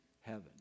heaven